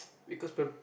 because pr~